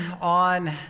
on